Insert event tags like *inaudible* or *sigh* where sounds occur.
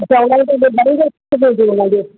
*unintelligible*